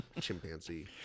Chimpanzee